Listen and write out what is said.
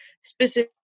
specific